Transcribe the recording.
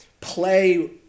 play